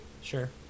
Sure